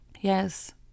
Yes